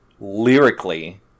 lyrically